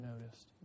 noticed